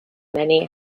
many